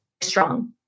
strong